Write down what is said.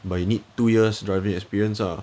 but you need two years driving experience ah